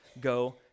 go